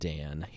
Dan